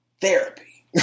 therapy